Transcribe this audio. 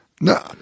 No